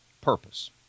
purpose